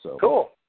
cool